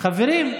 חברים,